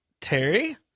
Terry